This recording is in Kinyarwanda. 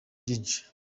byinshi